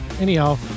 Anyhow